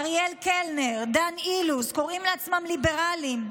אריאל קלנר, דן אילוז, קוראים לעצמם ליברליים.